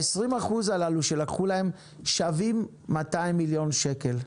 ה-20 אחוז הללו שלקחו להם, שווים 200 מיליון שקל.